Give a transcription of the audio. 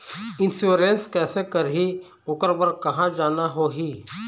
Insurance कैसे करही, ओकर बर कहा जाना होही?